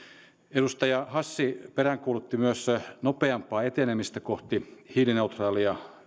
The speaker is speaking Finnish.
edustaja hassi peräänkuulutti myös nopeampaa etenemistä kohti hiilineutraalia